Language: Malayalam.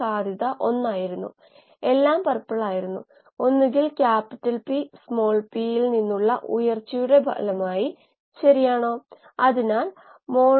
യൂണിറ്റ് വോളിയത്തിന് P V സ്ഥിരമായ വൈദ്യുതി ഉപഭോഗത്തിനായി നമ്മൾ നോക്കുന്നു